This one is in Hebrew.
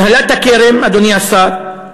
הנהלת הקרן, אדוני השר,